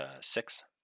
six